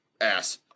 Ass